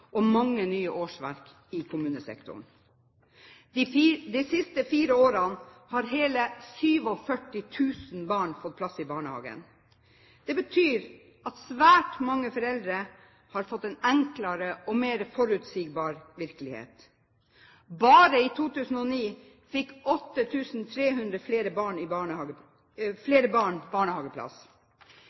og mange nye årsverk i kommunesektoren. De siste fire årene har hele 47 000 barn fått plass i barnehage. Det betyr at svært mange foreldre har fått en enklere og mer forutsigbar virkelighet. Bare i 2009 fikk 8 300 flere barn barnehageplass.